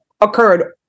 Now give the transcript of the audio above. occurred